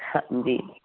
ਹਾਂਜੀ